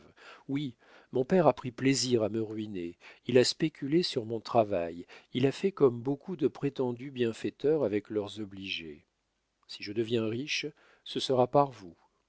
oui mon père a pris plaisir à me ruiner il a spéculé sur mon travail il a fait comme beaucoup de prétendus bienfaiteurs avec leurs obligés si je deviens riche ce sera par vous